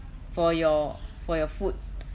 for your for your food